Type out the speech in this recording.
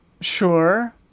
Sure